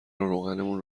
روغنمون